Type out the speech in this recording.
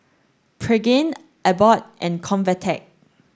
Pregain Abbott and Convatec